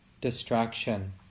distraction